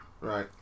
Right